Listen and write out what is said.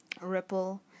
ripple